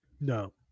No